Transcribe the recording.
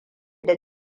da